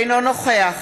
אינו נוכח